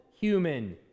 human